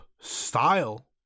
style